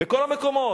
בכל המקומות.